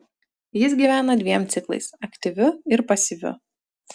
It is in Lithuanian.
jis gyvena dviem ciklais aktyviu ir pasyviu